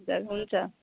हजुर हुन्छ